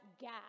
gap